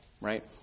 Right